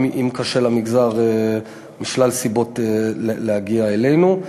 אם קשה למגזר משלל סיבות להגיע אלינו.